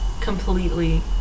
completely